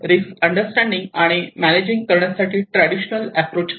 risk understanding आणि managing करण्यासाठी traditional approach आहे